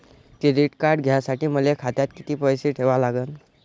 Credit card घ्यासाठी मले खात्यात किती पैसे ठेवा लागन?